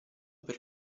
per